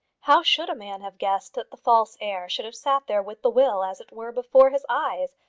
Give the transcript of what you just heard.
how should a man have guessed that the false heir should have sat there with the will, as it were, before his eyes,